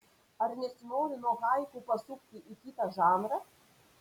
ar nesinori nuo haiku pasukti į kitą žanrą